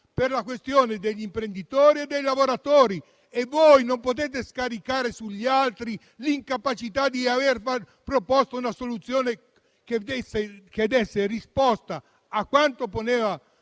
per la questione degli imprenditori e dei lavoratori. Voi non potete scaricare sugli altri l'incapacità di proporre a tempo debito una soluzione che desse una risposta a quanto poneva